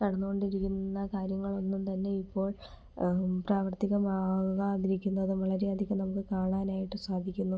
നടന്നുകൊണ്ടിരിക്കുന്ന കാര്യങ്ങളൊന്നും തന്നെ ഇപ്പോൾ പ്രാവർത്തികമാകാതിരിക്കുന്നതും വളരെയധികം നമുക്ക് കാണാനായിട്ട് സാധിക്കുന്നു